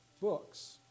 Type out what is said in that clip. books